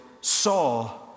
saw